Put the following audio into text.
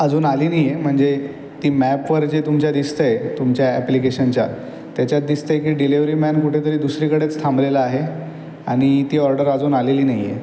अजून आली नाही आहे म्हणजे ती मॅपवर जे तुमच्या दिसतं आहे तुमच्या ॲप्लिकेशनच्या त्याच्यात दिसतंय की डिलेवरी मॅन कुठेतरी दुसरीकडेच थांबलेला आहे आणि ती ऑर्डर अजून आलेली नाही आहे